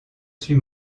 suis